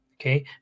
okay